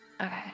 Okay